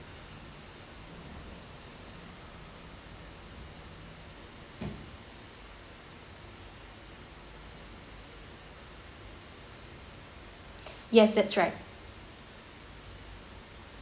yes that's right